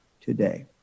today